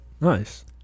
Nice